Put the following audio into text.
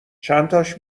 چنتاش